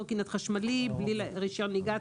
קורקינט חשמלי בלי רישיון נהיגה,